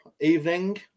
evening